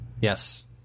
yes